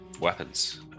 weapons